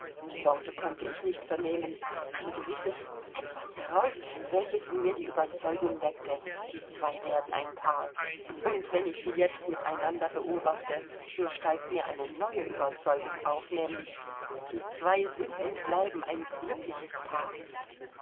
die worte konnte ich nicht vernehmen ein gewisses etwas heraus welches in mir die überzeugung weckte die zwei werden ein paar und wenn ich sie jetzt miteinander beobachte so steigt mir eine neue überzeugung auf nämlich die zwei sind und bleiben ein glückliches paar